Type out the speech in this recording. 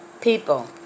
people